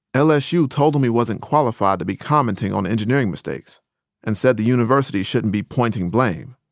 lsu told him he wasn't qualified to be commenting on engineering mistakes and said the university shouldn't be pointing blame.